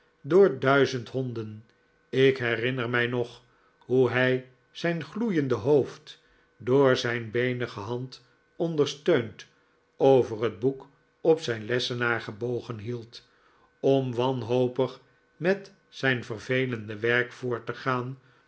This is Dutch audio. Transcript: door duizend honden ik herinner mij nog hoe hij zijn gloeiende hoofd door zijn beenige hand ondersteund over het boek op zijn lessenaar gebogen hield om wanhopig met zijn vervelende werk voort te gaan